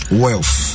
wealth